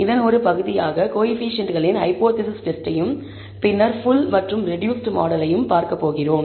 இதன் ஒரு பகுதியாக கோஎஃபீஷியேன்ட்களின் ஹைபோதேசிஸ் டெஸ்ட்டையும் பின்னர் ஃபுல் மற்றும் ரெடூஸ்ட் மாடலையும் பார்க்கப் போகிறோம்